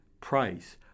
price